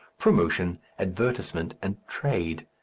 promotion, advertisement, and trade.